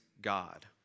God